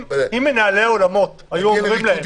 אם היו אומרים למנהלי האולמות שהם יכולים